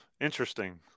interesting